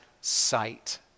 sight